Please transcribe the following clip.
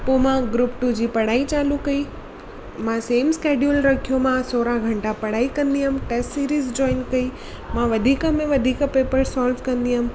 पोइ मां group two जी पढ़ाई चालू कई मां सेम स्कैडयूल रखियोमास सौरहां घंटा पइढ़ाई कंदी हुयमि टेस्ट सीरीज़ जॉइन कई मां वधीक में वधीक पेपर सोल्व कंदी हुयमि